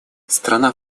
страна